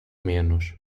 menos